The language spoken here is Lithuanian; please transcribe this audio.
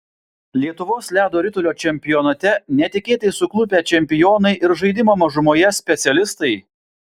lietuvos ledo ritulio čempionate netikėtai suklupę čempionai ir žaidimo mažumoje specialistai